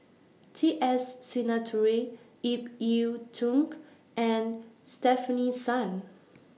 T S Sinnathuray Ip Yiu Tung and Stefanie Sun